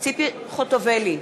ציפי חוטובלי,